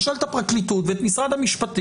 אני שואל את הפרקליטות ואת משרד המשפטים,